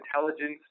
intelligence